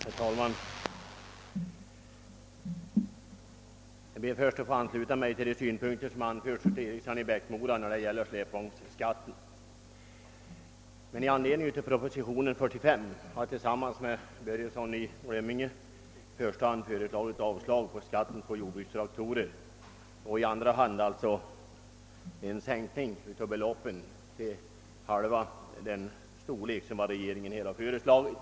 Herr talman! Jag ber först att få ansluta mig till de synpunkter som framförts av herr Eriksson i Bäckmora beträffande släpvagnsbeskattningen. I anledning av propositionen 45 har jag tillsammans med herr Börjesson i Glömminge i motionen II:1119 yrkat i första hand avslag på förslaget om skatt på jordbrukstraktorer och i andra hand en sänkning av beloppen till halva den storlek som regeringen föreslagit.